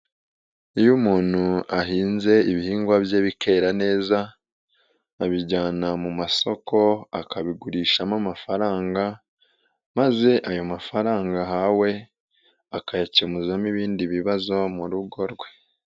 Iyo umuntu ahinze ibihingwa bye bikera neza abijyana mu masoko akabigurishamo amafaranga maze ayo mafaranga ahawe akayakemumo ibindi bibazo mu rugo rwe.